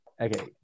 okay